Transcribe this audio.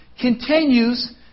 continues